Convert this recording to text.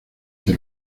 que